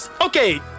Okay